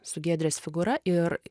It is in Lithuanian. su giedrės figūra ir